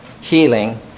healing